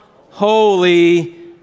holy